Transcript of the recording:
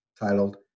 titled